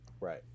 Right